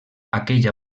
aquella